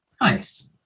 Nice